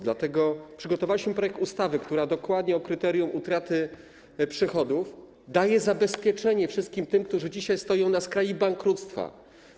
Dlatego przygotowaliśmy projekt ustawy, która dokładnie w oparciu o kryterium utraty przychodów daje zabezpieczenie wszystkim tym, którzy dzisiaj stoją na skraju bankructwa.